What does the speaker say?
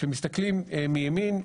כשמסתכלים מימין,